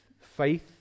faith